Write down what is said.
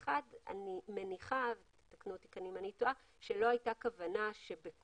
אני מניחה תקנו אותי אם אני טועה שלא הייתה כוונה שבכל